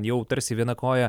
jau tarsi viena koja